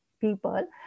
people